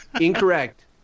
Incorrect